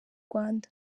rwanda